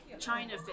China